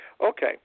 Okay